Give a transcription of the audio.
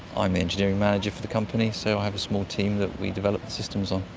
i'm engineering manager for the company, so i have a small team that we develop the systems on.